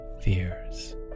fears